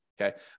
okay